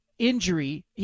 Injury